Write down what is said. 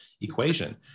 equation